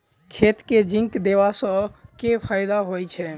खेत मे जिंक देबा सँ केँ फायदा होइ छैय?